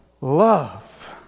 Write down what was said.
love